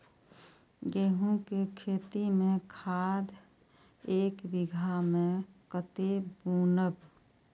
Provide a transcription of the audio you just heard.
गेंहू के खेती में खाद ऐक बीघा में कते बुनब?